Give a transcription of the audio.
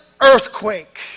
earthquake